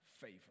favor